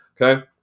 okay